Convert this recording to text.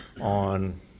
on